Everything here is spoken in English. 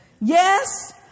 Yes